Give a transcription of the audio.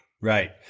Right